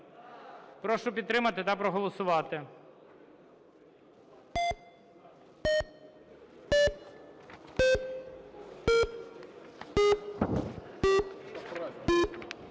Прошу підтримати та проголосувати.